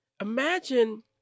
Imagine